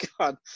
God